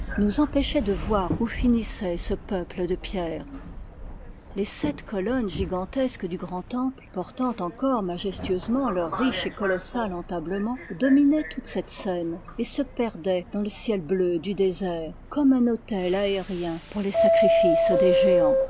nous empêchait de voir où finissait ce peuple de pierre les sept colonnes gigantesques du grand temple portant encore majestueusement leur riche et colossal entablement dominaient toute cette scène et se perdaient dans le ciel bleu du désert comme un autel aérien pour les sacrifices des géans